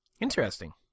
Interesting